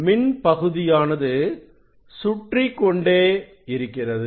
மின் பகுதியானது சுற்றிக்கொண்டே இருக்கிறது